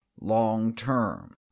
long-term